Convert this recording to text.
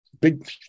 big